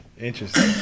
Interesting